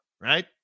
right